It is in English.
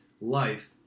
life